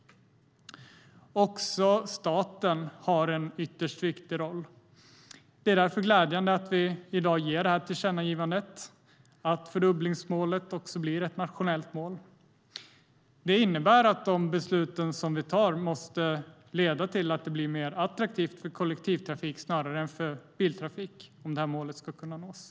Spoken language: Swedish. Också staten har en ytterst viktig roll. Det är därför glädjande att vi i dag ger det här tillkännagivandet, att fördubblingsmålet också blir ett nationellt mål. Det innebär att de beslut som vi tar måste leda till att det blir mer attraktivt med kollektrafik snarare än med biltrafik om målet ska kunna nås.